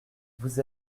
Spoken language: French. vous